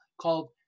called